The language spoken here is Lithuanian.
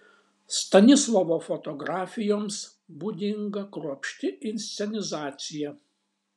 stanislovo fotografijoms būdinga kruopšti inscenizacija